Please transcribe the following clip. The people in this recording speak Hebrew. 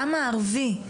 גם הערבי,